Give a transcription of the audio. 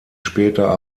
später